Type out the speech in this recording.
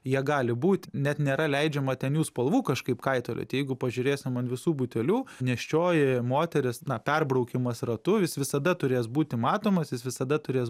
jie gali būti net nėra leidžiama ten jų spalvų kažkaip kaitaliot jeigu pažiūrėsim an visų butelių nėščioji moteris na perbraukimas ratu is visada turės būti matomas is visada turės